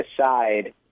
aside